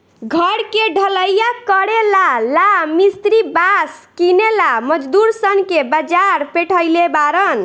घर के ढलइया करेला ला मिस्त्री बास किनेला मजदूर सन के बाजार पेठइले बारन